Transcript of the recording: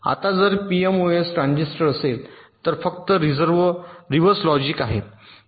आता जर ते पीएमओएस ट्रान्झिस्टर असेल तर ते फक्त रिव्हर्स लॉजिक आहे